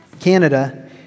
Canada